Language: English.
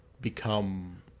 become